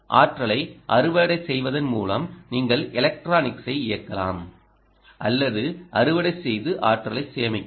ஆற்றலை அறுவடை செய்வதன் மூலம் நீங்கள் எலக்ட்ரானிக்ஸை இயக்கலாம் அல்லது அறுவடை செய்து ஆற்றலை சேமிக்கலாம்